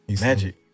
Magic